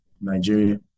Nigeria